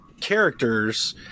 characters